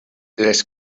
les